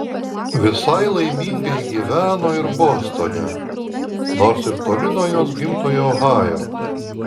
visai laimingai gyveno ir bostone nors ir toli nuo jos gimtojo ohajo